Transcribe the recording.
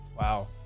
Wow